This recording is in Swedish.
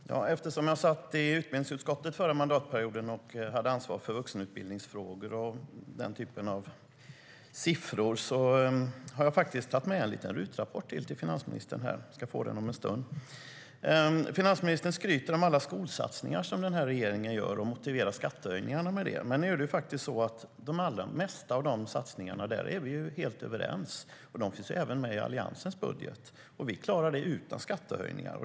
Fru talman! Eftersom jag satt i utbildningsutskottet under den förra mandatperioden och hade ansvar för vuxenutbildningsfrågor och den typen av siffror har jag faktiskt tagit med en liten RUT-rapport som jag ska ge till finansministern om en stund. Finansministern skryter om alla skolsatsningar som den här regeringen gör och motiverar skattehöjningarna med det. Men de allra flesta av dessa satsningar är vi helt överens om, och de finns med även i Alliansens budget. Vi klarar dessa satsningar utan skattehöjningar.